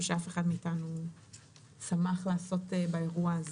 שאף אחד מאיתנו שמח לעשות באירוע הזה,